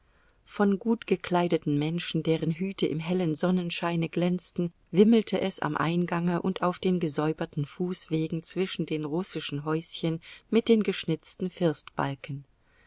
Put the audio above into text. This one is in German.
von gutgekleideten menschen deren hüte im hellen sonnenscheine glänzten wimmelte es am eingange und auf den gesäuberten fußwegen zwischen den russischen häuschen mit den geschnitzten